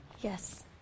Yes